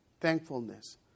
Thankfulness